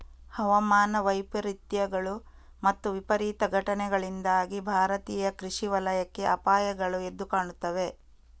ಹವಾಮಾನ ವೈಪರೀತ್ಯಗಳು ಮತ್ತು ವಿಪರೀತ ಘಟನೆಗಳಿಂದಾಗಿ ಭಾರತೀಯ ಕೃಷಿ ವಲಯಕ್ಕೆ ಅಪಾಯಗಳು ಎದ್ದು ಕಾಣುತ್ತವೆ